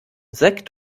sekt